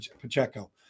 Pacheco